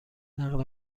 نقل